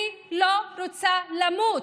אני לא רוצה למות.